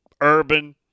Urban